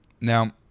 Now